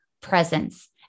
presence